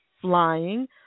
flying